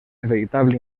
veritable